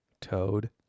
Toad